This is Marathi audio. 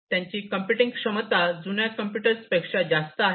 त्यांची कॉम्प्युटिंग क्षमता जुन्या कम्प्युटर्स पेक्षा जास्त आहे